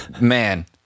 Man